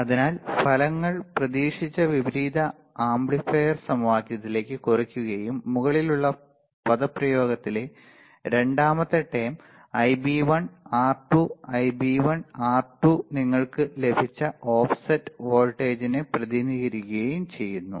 അതിനാൽ ഫലങ്ങൾ പ്രതീക്ഷിച്ച വിപരീത ആംപ്ലിഫയർ സമവാക്യത്തിലേക്ക് കുറയ്ക്കുകയും മുകളിലുള്ള പദപ്രയോഗത്തിലെ രണ്ടാമത്തെ term Ib1 R2 Ib1 R2 നിങ്ങൾക്ക് ലഭിച്ച ഓഫ്സെറ്റ് വോൾട്ടേജിനെ പ്രതിനിധീകരിക്കുകയും ചെയ്യുന്നു